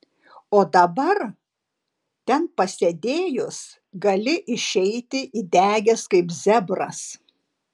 o dabar ten pasėdėjus gali išeiti įdegęs kaip zebras